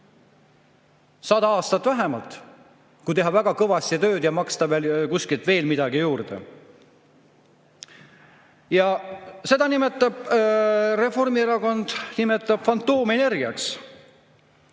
100 aastat vähemalt, kui teha väga kõvasti tööd ja maksta kuskilt veel midagi juurde. Seda nimetab Reformierakond fantoomenergiaks.